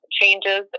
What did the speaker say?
changes